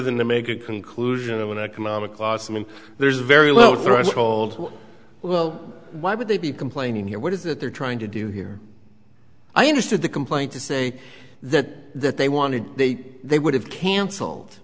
than to make a conclusion of an economic loss i mean there's a very low threshold well why would they be complaining here what is that they're trying to do here i understood the complaint to say that they wanted they they would have cancelled